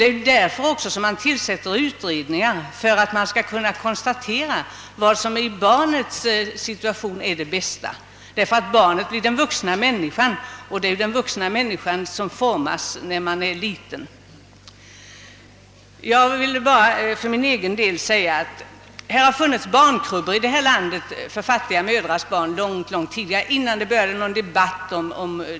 a. därför har man tillsatt utredningar, för att man skall kunna konstatera vad som i barnens situation är det bästa. Barnet blir så småningom den vuxna människan, och den vuxna människan formas när hon är liten. Här i landet har det funnits barnstugor för fattiga mödrars barn långt innan dessa frågor började debatteras.